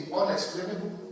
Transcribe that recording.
unexplainable